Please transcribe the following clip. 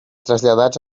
traslladats